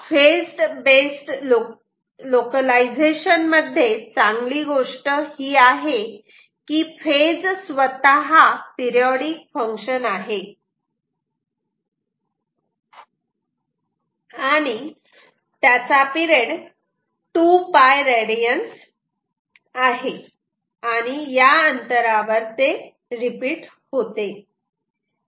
phase based localisation मध्ये चांगली गोष्ट ही आहे की फेज स्वतः पिरिऑडिक फंक्शन आहे आणि त्याचा पिरेड 2 पाय रेडिअन्स आहे आणि या अंतरावर ते रिपीट होते